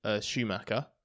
Schumacher